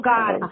God